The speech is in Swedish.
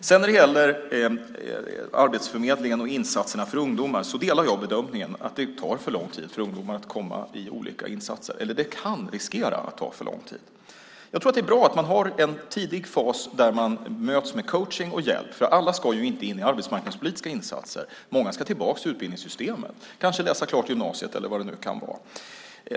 När det sedan gäller Arbetsförmedlingen och insatserna för ungdomar delar jag bedömningen att det tar för lång tid för ungdomar att komma i olika insatser, eller det kan riskera att ta för lång tid. Jag tror att det är bra att ha en tidig fas där man möts med coachning och hjälp, för alla ska ju inte in i arbetsmarknadspolitiska insatser. Många ska tillbaka i utbildningssystemen, kanske läsa klart gymnasiet eller vad det nu kan vara.